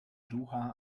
doha